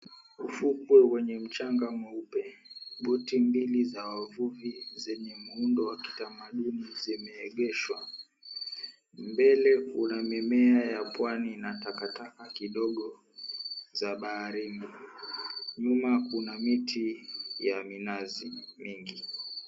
Ufukwe wenye mchanga mweupe. Boti mbili za wavuvi zenye muundo wa kitamaduni zimeegeshwa. Mbele kuna mimea ya pwani na takataka kidogo za baharini. Nyuma kuna miti ya minazi mengi.